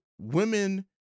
women